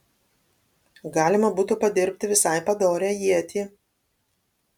galima būtų padirbti visai padorią ietį